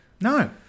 no